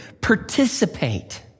participate